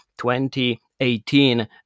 2018